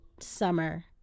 Summer